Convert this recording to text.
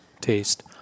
taste